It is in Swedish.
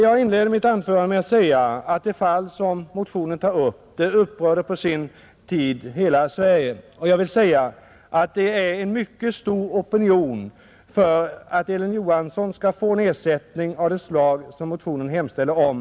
Jag inledde mitt anförande med att säga att det fall som motionen tar upp upprörde på sin tid hela Sverige. Jag vill också säga, att det är en mycket stor opinion för att Elin Johansson skall få en ersättning av det slag som motionen hemställer om.